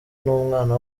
n’umwana